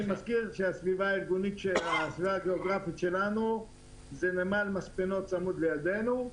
אני מזכיר שהסביבה הגאוגרפית שלנו זה נמל מספנות שצמוד לנו,